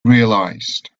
realized